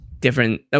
different